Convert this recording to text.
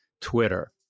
Twitter